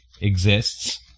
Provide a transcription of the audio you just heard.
exists